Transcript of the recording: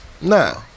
Nah